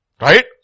Right